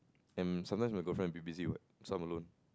and sometimes my girlfriend a bit busy what so I'm alone